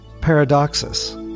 paradoxus